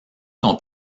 son